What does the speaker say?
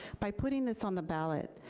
by putting this on the ballot,